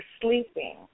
sleeping